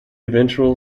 eventual